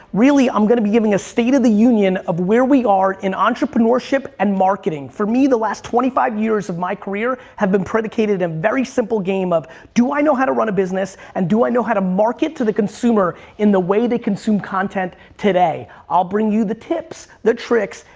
really, i'm gonna be giving a state of the union of where we are in entrepreneurship and marketing. for me, the last twenty five years of my career have been predicated in a and very simple game of, do i know how to run a business, and do i know how to market to the consumer in the way they consume content today. i'll bring you the tips, the tricks,